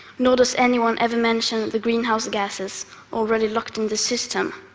nor does anyone ever mention the greenhouse gases already locked in the system.